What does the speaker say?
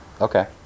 Okay